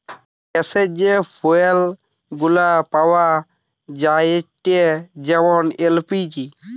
গ্যাসের যে ফুয়েল গুলা পাওয়া যায়েটে যেমন এল.পি.জি